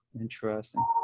Interesting